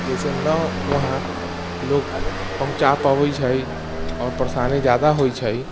जाहिसँ नहि वहाँ लोक पहुँचा पबै छै आओर परेशानी जादा होइ छै